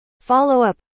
follow-up